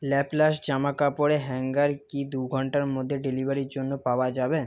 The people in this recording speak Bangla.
ল্যাপ্লাস্ট জামাকাপড়ের হ্যাঙ্গার কি দুঘন্টার মধ্যে ডেলিভারির জন্য পাওয়া যাবে